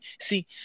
see